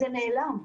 זה נעלם.